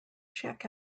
check